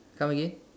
come again